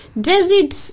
David